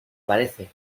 parece